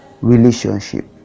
relationship